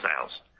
sales